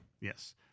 Yes